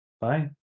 bye